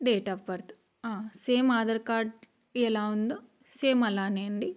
date of birth same Aadhaar card ఎలా ఉందో same అలానే అండి